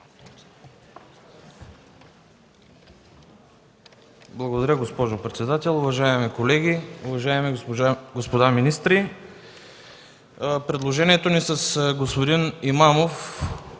Благодаря, госпожо председател. Уважаеми колеги, уважаеми господа министри! Предложението ни с господин Имамов